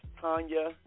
Tanya